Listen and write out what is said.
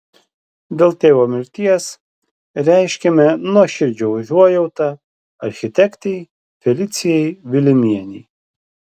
dėl tėvo mirties reiškiame nuoširdžią užuojautą architektei felicijai vilimienei